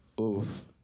Oof